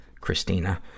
Christina